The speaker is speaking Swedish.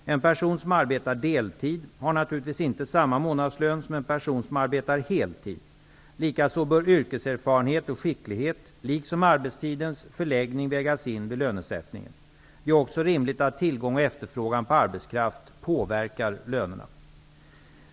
En person som arbetar deltid har naturligtvis inte samma månadslön som en person som arbetar heltid. Likaså bör yrkeserfarenhet och skicklighet liksom arbetstidens förläggning vägas in vid lönesättningen. Det är också rimligt att tillgång och efterfrågan på arbetskraft påverkar lönerna.